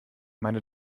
meine